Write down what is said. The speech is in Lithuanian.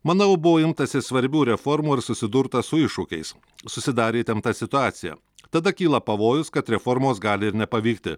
manau buvo imtasi svarbių reformų ir susidurta su iššūkiais susidarė įtempta situacija tada kyla pavojus kad reformos gali ir nepavykti